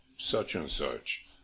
such-and-such